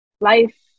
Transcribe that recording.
life